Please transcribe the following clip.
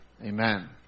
Amen